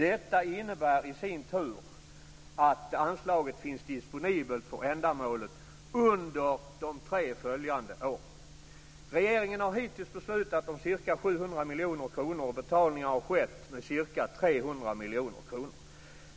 Detta innebär i sin tur att anslaget finns disponibelt för ändamålet under de tre följande åren. Regeringen har hittills beslutat om ca 700 miljoner kronor, och betalningar har skett med ca 300 miljoner kronor.